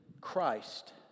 Christ